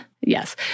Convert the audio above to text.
Yes